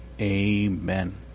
amen